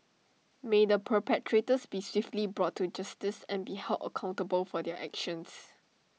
may the perpetrators be swiftly brought to justice and be held accountable for their actions